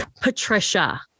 Patricia